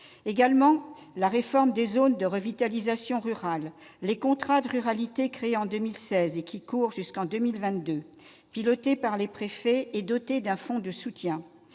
désenclavement. La réforme des zones de revitalisation rurale, en 2015 également, les contrats de ruralité créés en 2016 et qui courent jusqu'en 2022, pilotés par les préfets et dotés d'un fonds de soutien,